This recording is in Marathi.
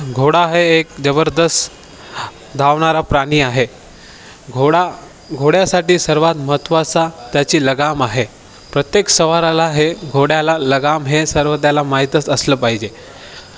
घोडा हे एक जबरदस्त धावणारा प्राणी आहे घोडा घोड्यासाठी सर्वात महत्त्वाचा त्याची लगाम आहे प्रत्येक स्वाराला हे घोड्याला लगाम हे सर्व त्याला माहीतच असलं पाहिजे